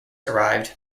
arrived